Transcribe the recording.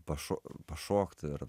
pašok pašokti ir